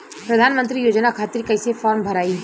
प्रधानमंत्री योजना खातिर कैसे फार्म भराई?